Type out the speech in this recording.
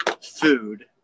food